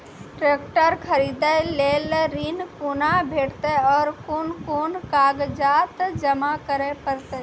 Tractor खरीदै लेल ऋण कुना भेंटते और कुन कुन कागजात जमा करै परतै?